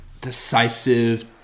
decisive